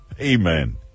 Amen